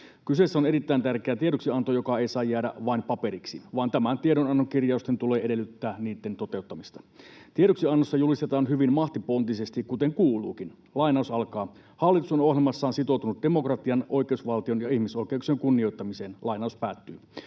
Kyseessä on erittäin tärkeä tiedoksianto, joka ei saa jäädä vain paperiksi, vaan tämän tiedonannon kirjausten tulee edellyttää niitten toteuttamista. Tiedoksiannossa julistetaan hyvin mahtipontisesti, kuten kuuluukin: ”Hallitus on ohjelmassaan sitoutunut demokratian, oikeusvaltion ja ihmisoikeuksien kunnioittamiseen.”